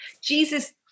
Jesus